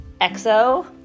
Exo